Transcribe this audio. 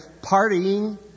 partying